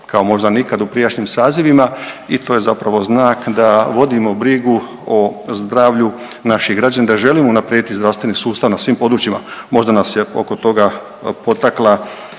kao možda nikad u prijašnjim sazivima i to je zapravo znak da vodimo brigu o zdravlju naših građana, da želimo unaprijediti zdravstveni sustav na svim područjima, možda nas je oko toga potakla